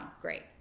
great